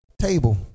table